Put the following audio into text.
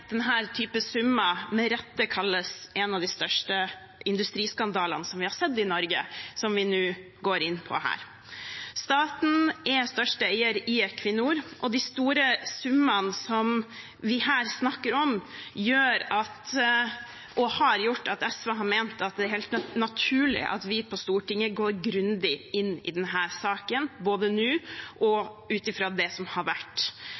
den type summer – med rette kalles en av de største industriskandalene som vi har sett i Norge. Staten er største eier i Equinor, og de store summene som vi her snakker om, gjør og har gjort at SV har ment at det er helt naturlig at vi på Stortinget går grundig inn i denne saken både nå og ut fra det som har vært.